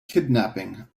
kidnapping